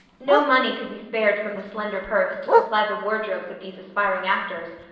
no money could be spared from the slender purse to supply the wardrobes of these aspiring actors,